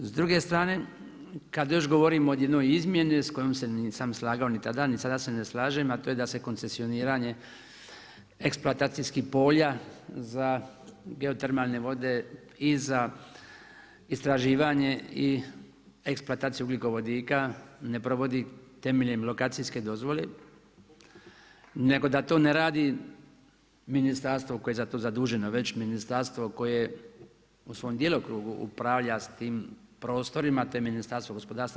S druge strane kad još govorim o jednoj izmjeni s kojom se nisam slagao ni tada ni sada se ne slažem, da to je da se koncesioniranje eksploatacijskih polja za geotermalne vode i za istraživanje i eksploataciju ugljikovodika ne provodi temeljem lokacijske dozvole, nego da to ne radi ministarstvo koje je za to zaduženo, već ministarstvo koje u svom djelokrugu upravlja s tim prostorima, te Ministarstvo gospodarstva.